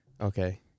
Okay